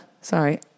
Sorry